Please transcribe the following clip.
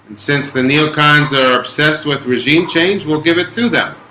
since the neocons are obsessed with regime change. we'll give it to them